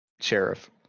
sheriff